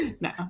No